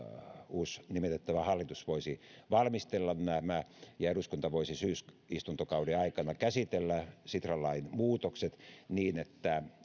uusi nimitettävä hallitus valmistella ja eduskunta voisi syysistuntokauden aikana käsitellä sitra lain muutokset niin että